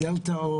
והאם זה דלתא?